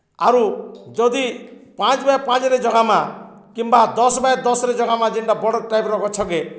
ଆରୁ ଯଦି ପାଞ୍ଚ୍ ବାଏ ପାଞ୍ଚ୍ରେ ଜଗାମା କିମ୍ବା ଦଶ୍ ବାଏ ଦଶ୍ରେ ଜଗାମା ଯେନ୍ଟା ବଡ଼୍ ଟାଇପ୍ର ଗଛ୍କେ